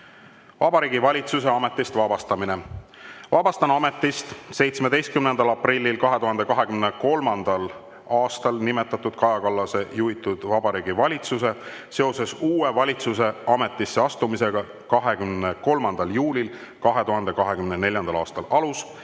Vabariigi Valitsuse ametist vabastamine. Vabastan ametist 17. aprillil 2023. aastal nimetatud Kaja Kallase juhitud Vabariigi Valitsuse seoses uue valitsuse ametisse astumisega 23. juulil 2024. aastal. Alus: